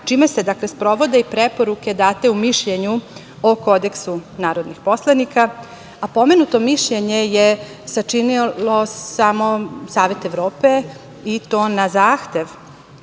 čime se sprovode preporuke date u mišljenju o Kodeksu narodnih poslanika, a pomenuto mišljenje je sačinilo samo Savet Evrope i to na zahtev